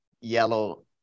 yellow